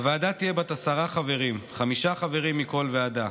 הוועדה תהיה בת עשרה חברים, חמישה חברים מכל ועדה.